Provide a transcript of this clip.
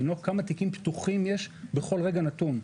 כמה תיקים פתוחים יש בכל רגע נתון.